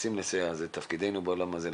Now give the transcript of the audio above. ומנסים לסייע, זה תפקידנו בעולם הזה,